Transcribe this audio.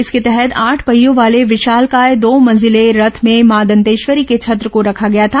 इसके तहत आठ पहियों वाले विशालकाय दो मंजिले रथ में मां दन्तेश्वरी के छत्र को रखा गया था